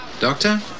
Doctor